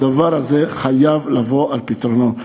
הדבר הזה חייב לבוא על פתרונו.